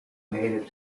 native